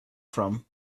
from